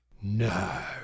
No